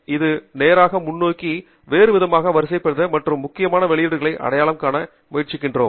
இது நேராக முன்னோக்கி வேறு விதமாக வரிசைப்படுத்த மற்றும் மிக முக்கியமான வெளியீடுகளை அடையாளம் காண முயற்சிக்கிறோம்